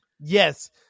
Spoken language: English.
Yes